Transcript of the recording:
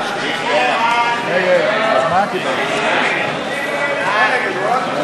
סעיף 01, נשיא המדינה ולשכתו,